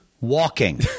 Walking